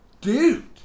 dude